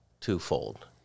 twofold